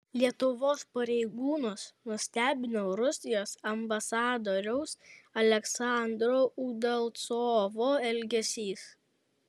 lietuvos pareigūnus nustebino rusijos ambasadoriaus aleksandro udalcovo elgesys